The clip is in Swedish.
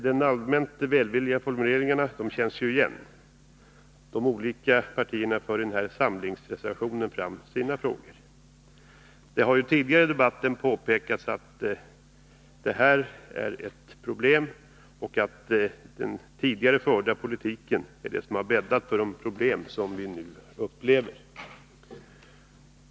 De allmänt välvilliga formuleringarna känns ju igen. De olika partierna för i denna samlingsreservation fram sina frågor. Det har tidigare i debatten påpekats att det här är ett problem och att den tidigare förda politiken är det som bäddat för de problem som vi nu upplever.